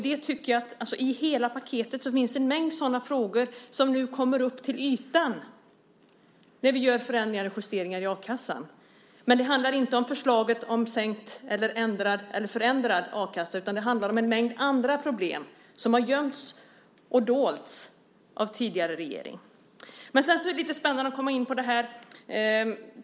I hela paketet finns en mängd sådana frågor som nu kommer upp till ytan när vi gör förändringar och justeringar i a-kassan. Men det handlar inte om förslaget om förändrad a-kassa, utan det handlar om en mängd andra problem som har gömts och dolts av den tidigare regeringen.